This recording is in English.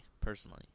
personally